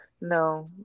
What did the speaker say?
No